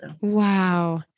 Wow